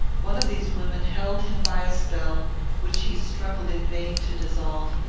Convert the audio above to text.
one of these women held him by a spell which he struggled in vain to dissolve,